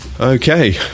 Okay